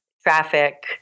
traffic